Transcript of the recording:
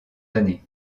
années